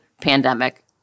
pandemic